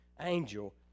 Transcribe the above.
angel